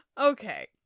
Okay